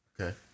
Okay